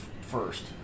First